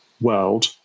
world